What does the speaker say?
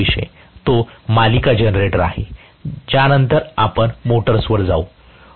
एक छोटासा विषय तो मालिका जनरेटर आहे ज्यानंतर आपण मोटर्सवर जाऊ